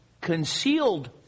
concealed